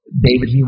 David